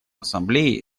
ассамблее